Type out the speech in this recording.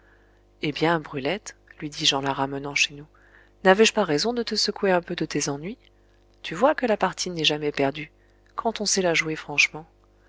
eh bien brulette lui dis-je en la ramenant chez nous n'avais-je pas raison de te secouer un peu de tes ennuis tu vois que la partie n'est jamais perdue quand on sait la jouer franchement